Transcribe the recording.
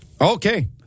Okay